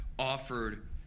offered